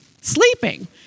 sleeping